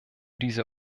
diese